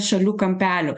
šalių kampelių